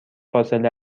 فاصله